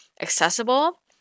accessible